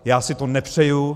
Já si to nepřeju.